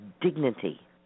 dignity